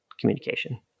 communication